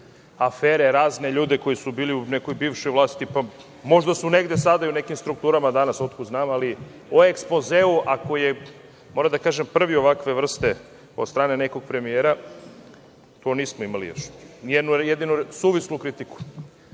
afere, ljude koji su bili u nekoj bivšoj vlasti, pa možda su negde sada i u nekim strukturama danas, otkud znam, ali o ekspozeu, a koji je, moram da kažem, prvi ovakve vrste od strane nekog premijera, tu nismo imali još ni jednu jedinu suvislu kritiku. Kako